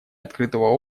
открытого